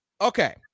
Okay